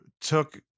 took